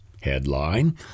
Headline